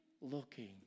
looking